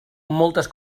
moltes